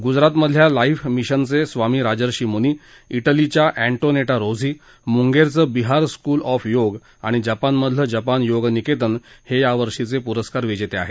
गुजरात मधल्या लाईफ मिशनचे स्वामी राजर्षी मुनी ठेलीच्या एन्टोनेटा रोझी मुंगेरचं बिहार स्कूल ऑफ योग आणि जपान मधलं जपान योग निकेतन हे या वर्षीचे पुरस्कार विजेते आहेत